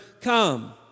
come